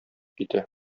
китә